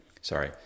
Sorry